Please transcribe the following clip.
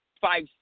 five